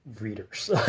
readers